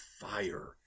fire